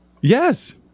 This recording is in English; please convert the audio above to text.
Yes